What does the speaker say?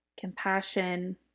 compassion